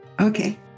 Okay